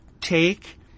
take